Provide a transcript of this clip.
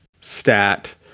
stat